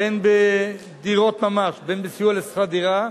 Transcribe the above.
בין בדירות ממש, בין בסיוע בשכר דירה,